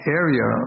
area